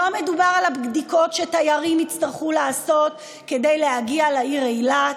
לא מדובר על הבדיקות שהתיירים יצטרכו לעשות כדי להגיע לעיר אילת.